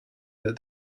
that